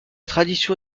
tradition